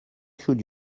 should